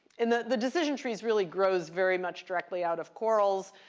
and the the decision trees really grows very much directly out of corels.